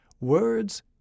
Words